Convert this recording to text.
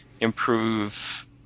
improve